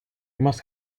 must